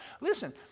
Listen